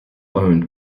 owned